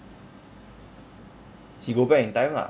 he go back in time lah